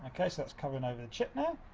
ah okay, so that's covering over the chip now.